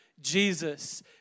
Jesus